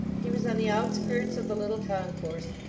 he was on the outskirts of the little concourse,